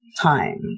time